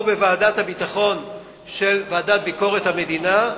או בוועדת הביטחון של ועדת ביקורת המדינה,